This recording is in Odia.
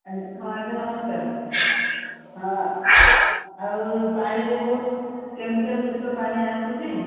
ଆଜ୍ଞା ହଁ ଆଜ୍ଞା ନମସ୍କାର ହଁ ଆଉ ପାଣିରେ ବହୁତ କେମିକାଲ ଯୁକ୍ତ ପାଣି ଆସୁଛି